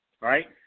right